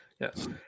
Yes